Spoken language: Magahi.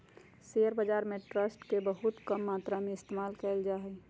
शेयर बाजार में ट्रस्ट के बहुत कम मात्रा में इस्तेमाल कइल जा हई